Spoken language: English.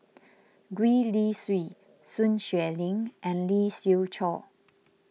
Gwee Li Sui Sun Xueling and Lee Siew Choh